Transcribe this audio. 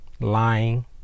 lying